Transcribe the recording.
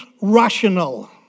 rational